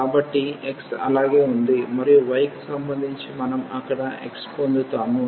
కాబట్టి x అలాగే ఉంది మరియు y కి సంబంధించి మనం అక్కడ x పొందుతాము